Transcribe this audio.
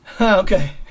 okay